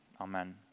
Amen